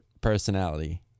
personality